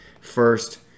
first